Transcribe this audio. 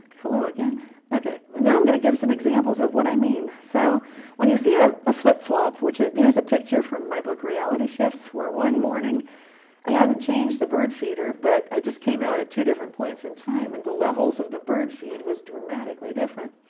hello again okay. now i'm going to give some examples of what i mean. so when you see ah a flip flop, which there's a picture from my book, reality shifts, where one morning i hadn't changed the bird feeder, but i just came out at two different points in time, and the levels of the bird feed was dramatically different.